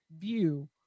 view